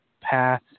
path